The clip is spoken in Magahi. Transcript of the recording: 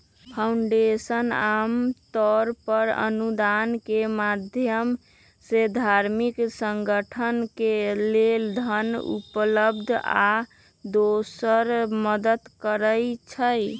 फाउंडेशन आमतौर पर अनुदान के माधयम से धार्मिक संगठन के लेल धन उपलब्ध आ दोसर मदद करई छई